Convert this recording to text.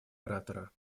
оратора